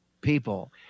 people